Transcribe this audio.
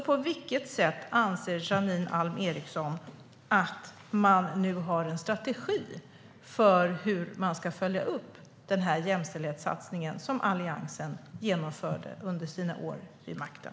På vilket sätt anser Janine Alm Ericson att man nu har en strategi för hur man ska följa upp den här jämställdhetssatsningen som Alliansen genomförde under sina år vid makten?